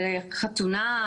חתונה,